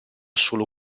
solo